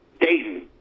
Dayton